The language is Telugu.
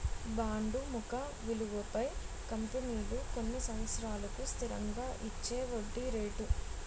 బాండు ముఖ విలువపై కంపెనీలు కొన్ని సంవత్సరాలకు స్థిరంగా ఇచ్చేవడ్డీ రేటు